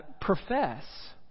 profess